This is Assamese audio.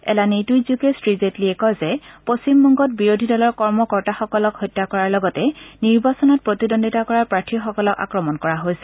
এলানি টুইটত শ্ৰী জেটলীয়ে কয় যে পশ্চিমবংগত বিৰোধী দলৰ কৰ্ম কৰ্তাসকলক হত্যা কৰাৰ লগতে নিৰ্বাচনত প্ৰতিদ্বন্দ্বিতা কৰা প্ৰাৰ্থীসকলক আক্ৰমণ কৰা হৈছে